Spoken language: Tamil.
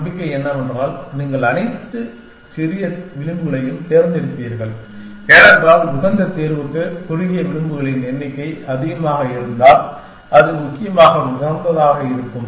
நம்பிக்கை என்னவென்றால் நீங்கள் அனைத்து சிறிய விளிம்புகளையும் தேர்ந்தெடுப்பீர்கள் ஏனென்றால் உகந்த தீர்வுக்கு குறுகிய விளிம்புகளின் எண்ணிக்கை அதிகமாக இருப்பதால் அது முக்கியமாக உகந்ததாக இருக்கும்